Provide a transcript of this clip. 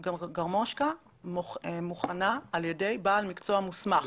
גרמושקה מוכנה על ידי בעל מקצוע מוסמך.